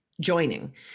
joining